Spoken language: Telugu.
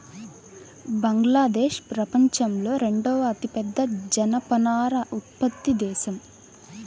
బంగ్లాదేశ్ ప్రపంచంలో రెండవ అతిపెద్ద జనపనార ఉత్పత్తి దేశం